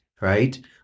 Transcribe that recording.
right